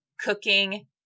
cooking